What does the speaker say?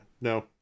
No